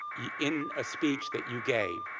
in a speech that you gave